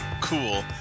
cool